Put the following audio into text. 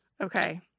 okay